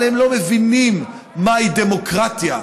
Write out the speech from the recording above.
אבל הם לא מבינים מהי דמוקרטיה,